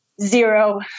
zero